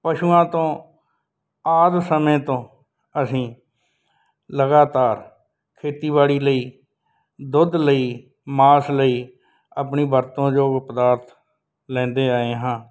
ਪਸ਼ੂਆਂ ਤੋਂ ਆਦਿ ਸਮੇਂ ਤੋਂ ਅਸੀਂ ਲਗਾਤਾਰ ਖੇਤੀਬਾੜੀ ਲਈ ਦੁੱਧ ਲਈ ਮਾਸ ਲਈ ਆਪਣੀ ਵਰਤੋਂ ਜੋ ਪਦਾਰਥ ਲੈਂਦੇ ਆਏ ਹਾਂ